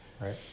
right